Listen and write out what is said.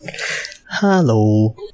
Hello